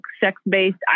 sex-based